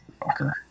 Fucker